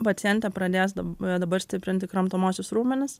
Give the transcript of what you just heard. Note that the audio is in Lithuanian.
pacientė pradės dab dabar stiprinti kramtomuosius raumenis